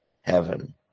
heaven